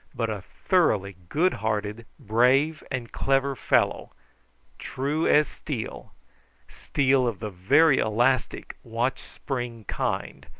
but a thoroughly good-hearted, brave, and clever fellow true as steel steel of the very elastic watch-spring kind,